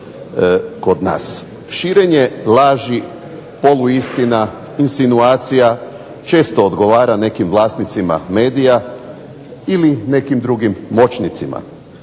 Širenje laži, poluistina, insinuacija često odgovara nekim vlasnicima medija ili nekim drugim moćnicima.